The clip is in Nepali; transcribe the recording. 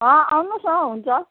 अँ आउनुहोस् न हुन्छ